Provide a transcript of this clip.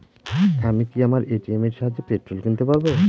আমি কি আমার এ.টি.এম এর সাহায্যে পেট্রোল কিনতে পারব?